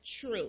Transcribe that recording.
true